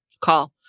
call